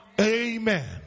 amen